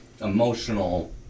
emotional